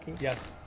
Yes